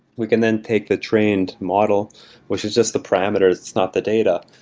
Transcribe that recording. we can then take the trained model which is just the parameters. it's not the data.